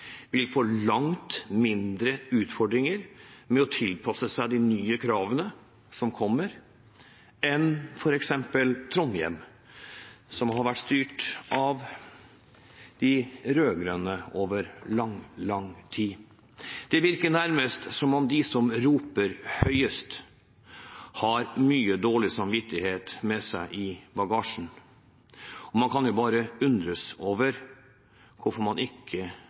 vil få langt mindre utfordringer med å tilpasse seg de nye kravene som kommer, enn f.eks. Trondheim, som har vært styrt av de rød-grønne over lang, lang tid. Det virker nærmest som om de som roper høyest, har mye dårlig samvittighet med seg i bagasjen. Man kan jo bare undres over